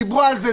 דיברו על זה.